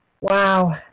Wow